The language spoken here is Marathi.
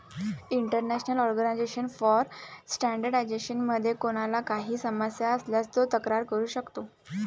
इंटरनॅशनल ऑर्गनायझेशन फॉर स्टँडर्डायझेशन मध्ये कोणाला काही समस्या असल्यास तो तक्रार करू शकतो